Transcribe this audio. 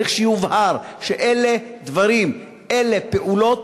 צריך שיובהר שאלה דברים, אלה פעולות,